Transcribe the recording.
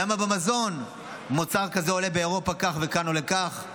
למה בתחום המזון מוצר כזה עולה באירופה כך וכאן הוא עולה כך.